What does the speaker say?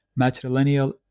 matrilineal